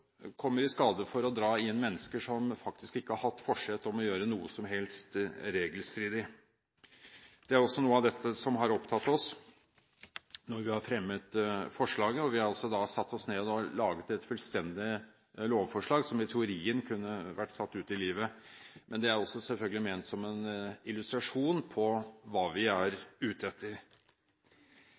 kommer i skade for å dra inn mennesker som faktisk ikke har hatt forsett om å gjøre noe som helst regelstridig. Det er også noe av det som har opptatt oss når vi har fremmet forslaget, og vi har satt oss ned og laget et fullstendig lovforslag, som i teorien kunne vært satt ut i livet. Men det er også selvfølgelig ment som en illustrasjon på hva vi er ute etter.